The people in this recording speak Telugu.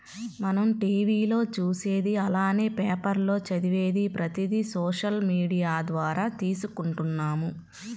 మనం టీవీ లో చూసేది అలానే పేపర్ లో చదివేది ప్రతిది సోషల్ మీడియా ద్వారా తీసుకుంటున్నాము